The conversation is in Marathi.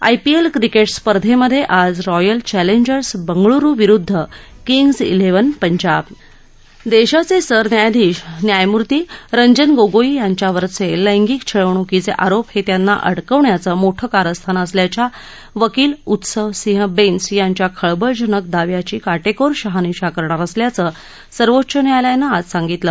आयपीएल क्रिकेट स्पर्धेमधे आज रॉयल चॅलेंजर्स बंगळुरु विरुद्ध किंग्ज क्रिवन पंजाब देशाचे सरन्यायाधीश न्यायमूर्ती रंजन गोगोई यांच्यावरचे लैंगिक छळवणुकीचे आरोप हे त्यांना अडकवण्याचं मोठं कारस्थान असल्याच्या वकील उत्सव सिंह बेन्स यांच्या खळबळजनक दाव्याची काटेकोर शहानिशा करणार असल्याचं सर्वोच्च न्यायालयानं आज सांगितलं